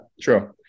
True